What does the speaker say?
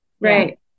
Right